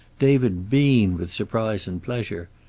david beamed with surprise and pleasure.